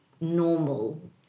normal